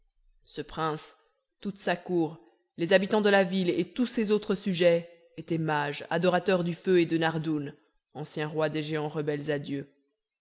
ce prince toute sa cour les habitants de la ville et tous ses autres sujets étaient mages adorateurs du feu et de nardoun ancien roi des géants rebelles à dieu